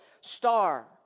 star